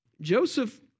Joseph